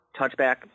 touchback